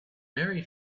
marry